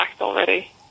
already